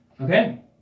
Okay